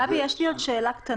גבי, ברשותך, יש לי עוד שאלה קטנה.